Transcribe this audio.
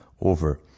over